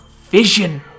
vision